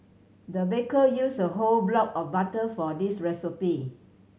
the baker used a whole block of butter for this recipe